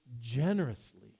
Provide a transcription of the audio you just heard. generously